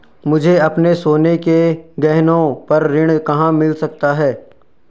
मुझे अपने सोने के गहनों पर ऋण कहाँ मिल सकता है?